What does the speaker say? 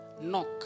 Knock